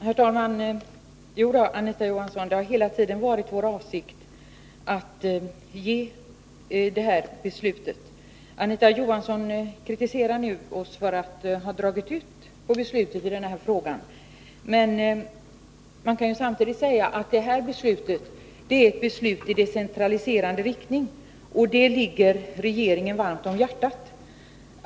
Herr talman! Jo då, Anita Johansson, det har hela tiden varit vår avsikt att ge det här beskedet. Anita Johansson kritiserar oss nu för att ha dragit ut på tiden med beslutet i frågan. Men man kan samtidigt säga att det här är ett beslut i decentralise rande riktning, och sådana åtgärder ligger regeringen varmt om hjärtat.